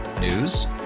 News